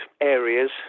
areas